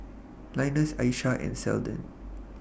Linus Aisha and Seldon